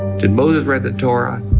did moses write the torah?